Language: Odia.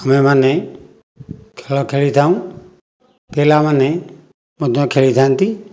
ଆମେମାନେ ଖେଳ ଖେଳି ଥାଉଁ ପିଲାମାନେ ମଧ୍ୟ ଖେଳିଥାନ୍ତି